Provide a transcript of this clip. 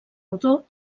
rodó